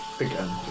Again